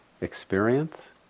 experience